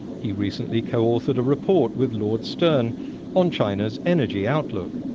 he recently co-authored a report with lord stern on china's energy outlook.